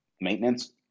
maintenance